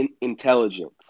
intelligence